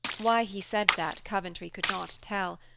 why he said that, coventry could not tell,